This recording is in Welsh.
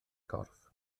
corff